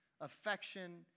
affection